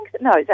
no